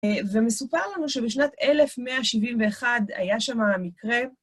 ומסופר לנו שבשנת 1171 היה שמה מקרה.